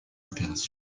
opération